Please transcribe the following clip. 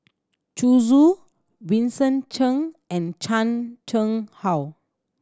Zhu Xu Vincent Cheng and Chan Chang How